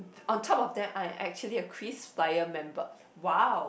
on top of that I'm actually a KrisFlyer member !wow!